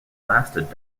blasted